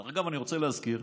דרך אגב, אני רוצה להזכיר,